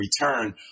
return